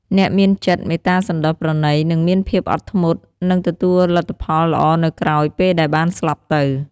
អ្នកមានចិត្ត មេត្តាសណ្តោសប្រណី និងមានភាពអត់ធ្មត់ នឹងទទួលលទ្ធផលល្អនៅក្រោយពេលដែលបានស្លាប់ទៅ។